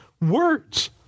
words